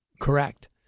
Correct